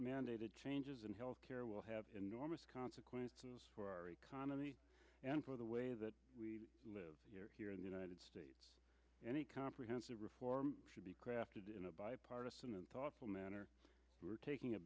mandated changes in health care will have enormous consequences for our economy and for the way that we live here in the united states any comprehensive reform should be crafted in a bipartisan and thoughtful manner we're taking a